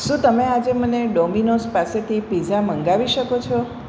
શું તમે આજે મને ડોમિનોઝ પાસેથી પિઝા મંગાવી શકો છો